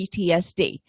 PTSD